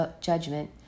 judgment